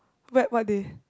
but what day